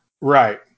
Right